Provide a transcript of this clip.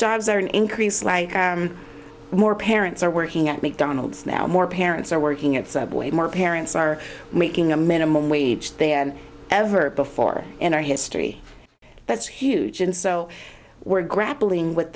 jobs are an increase like more parents are working at mcdonald's now more parents are working at subway more parents are making a minimum wage then ever before in our history that's huge and so we're